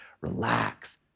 Relax